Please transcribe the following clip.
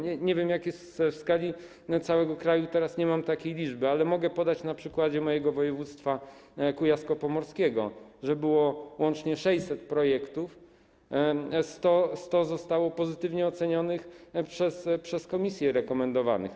Nie wiem, jak jest w skali całego kraju, teraz nie mam takiej liczby, ale mogę podać na przykładzie mojego województwa kujawsko-pomorskiego: było łącznie 600 projektów, 100 zostało pozytywnie ocenionych przez komisję, rekomendowanych.